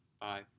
Bye